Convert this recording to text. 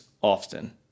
often